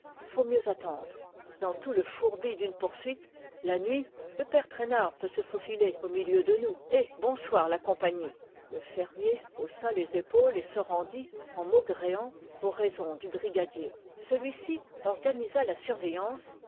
faut mieux attendre dans tout le fourbi d'une poursuite la nuit le père traînard peut se faufiler au milieu de nous et bonsoir la compagnie le fermier haussa les épaules et se rendit en maugréant aux raisons du brigadier celui-ci organisa la surveillance